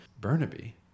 Burnaby